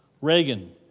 Reagan